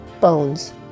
bones